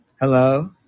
Hello